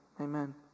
Amen